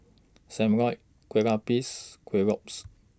SAM Lau Kueh Lapis Kueh Lopes